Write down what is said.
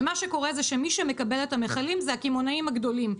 מה שקורה זה שמי שמקבל את המכלים אלה הקמעונאים הגדולים.